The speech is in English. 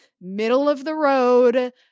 middle-of-the-road